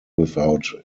without